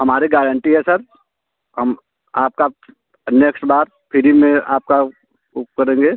हमारी गारण्टी है सर हम आपका नेक्स्ट बार फ्री में आपका वह करेंगे